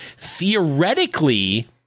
theoretically